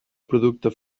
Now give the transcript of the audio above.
producte